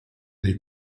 dei